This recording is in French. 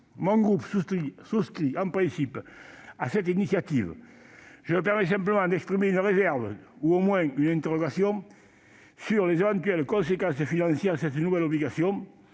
du RDSE souscrit en principe à cette initiative. Je me permets simplement d'exprimer une réserve ou, du moins, une interrogation sur les éventuelles conséquences financières de cette nouvelle obligation.